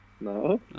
No